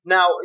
Now